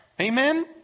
Amen